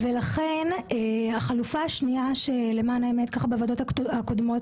ולכן החלופה השנייה שלמען האמת בוועדות הקודמות